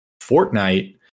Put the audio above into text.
Fortnite